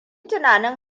tunanin